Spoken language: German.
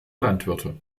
landwirte